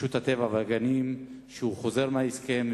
רשות הטבע והגנים שהוא חוזר בו מההסכם,